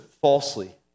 falsely